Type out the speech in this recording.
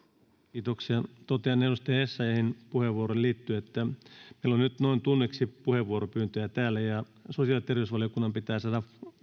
totean edustaja essayahin puheenvuoroon liittyen että meillä on nyt noin tunniksi puheenvuoropyyntöjä täällä sosiaali ja terveysvaliokunnan pitää saada